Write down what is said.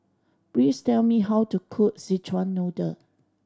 please tell me how to cook Szechuan Noodle